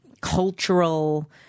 cultural